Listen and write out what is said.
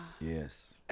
Yes